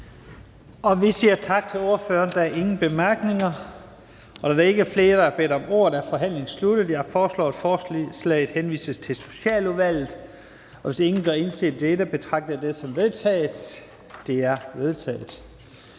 Jensen): Tak til ordføreren. Der er ingen korte bemærkninger. Da der ikke er flere, der har bedt om ordet, er forhandlingen sluttet. Jeg foreslår, at forslaget henvises til Socialudvalget, og hvis ingen gør indsigelse, betragter jeg det som vedtaget. Det er vedtaget.